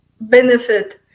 benefit